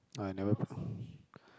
I never